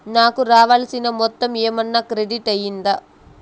నాకు రావాల్సిన మొత్తము ఏమన్నా క్రెడిట్ అయ్యిందా